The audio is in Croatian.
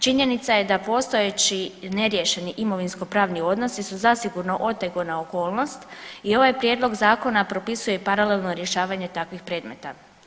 Činjenica je da postojeći neriješeni imovinskopravni odnosi su zasigurno otegotna okolnost i ovaj prijedlog zakona propisuje paralelno rješavanje takvih predmeta.